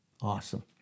Awesome